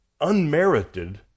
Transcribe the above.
unmerited